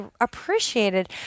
appreciated